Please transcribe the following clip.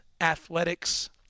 athletics